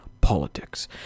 politics